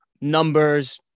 Numbers